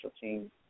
team